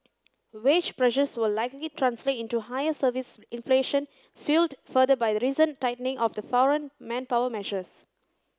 wage pressures will likely translate into higher service inflation fuelled further by the recent tightening of the foreign manpower measures